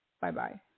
Bye-bye